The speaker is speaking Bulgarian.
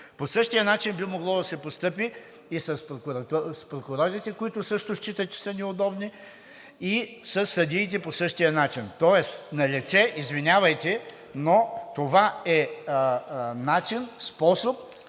По същия начин би могло да се постъпи и с прокурорите, които също считат, че са неудобни, и със съдиите по същия начин. Тоест, извинявайте, но това е начин, способ